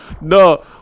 no